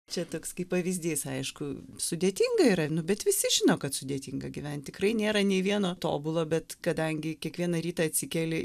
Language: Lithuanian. čia toks kaip pavyzdys aišku sudėtinga yra nu bet visi žino kad sudėtinga gyvent tikrai nėra nei vieno tobulo bet kadangi kiekvieną rytą atsikeli